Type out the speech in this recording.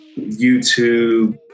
YouTube